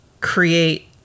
create